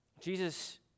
Jesus